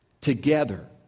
together